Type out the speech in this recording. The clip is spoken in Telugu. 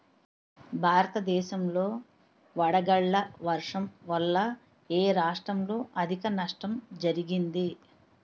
భారతదేశం లో వడగళ్ల వర్షం వల్ల ఎ రాష్ట్రంలో అధిక నష్టం జరిగింది?